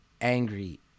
angry